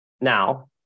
Now